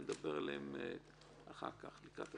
הוא יכול להגיש מחדש אלא אם --- הוא רוצה עכשיו להגיש מחדש ולשלם,